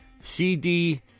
CD